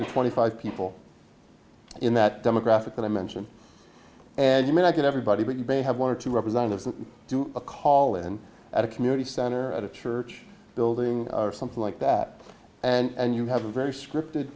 to twenty five people in that demographic that i mention and you may not get everybody but bay have one or two representatives do a call in at a community center at a church building or something like that and you have a very scripted